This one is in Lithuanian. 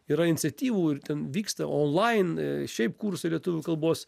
yra iniciatyvų ir ten vyksta onlain šiaip kursai lietuvių kalbos